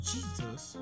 Jesus